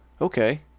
Okay